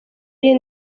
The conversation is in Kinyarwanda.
y’iyi